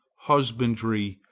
husbandry,